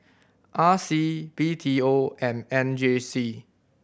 R C B T O and M J C